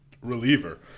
reliever